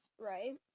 right